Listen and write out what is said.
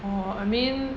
!wah! I mean